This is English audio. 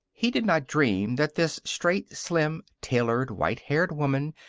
he did not dream that this straight, slim, tailored, white-haired woman,